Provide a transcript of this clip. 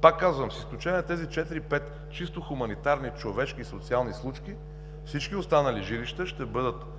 Пак казвам, с изключение на тези четири-пет чисто хуманитарни, човешки и социални случки, всички останали жилища ще бъдат